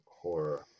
horror